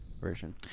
version